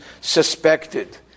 suspected